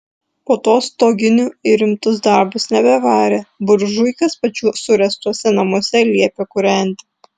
po to stoginių į rimtus darbus nebevarė buržuikas pačių suręstuose namuose liepė kūrenti